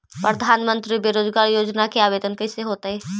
प्रधानमंत्री बेरोजगार योजना के आवेदन कैसे होतै?